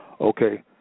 Okay